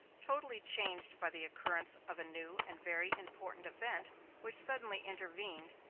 totally changed by the occurrence of a new and very important event which suddenly intervened,